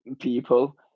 people